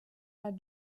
der